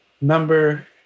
number